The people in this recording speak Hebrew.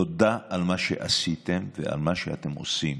תודה על מה שעשיתם ועל מה שאתם עושים.